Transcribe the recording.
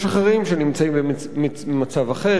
יש אחרים שנמצאים במצב אחר.